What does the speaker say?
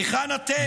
היכן אתם,